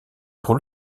pour